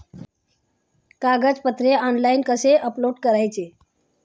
कागदपत्रे ऑनलाइन कसे अपलोड करायचे?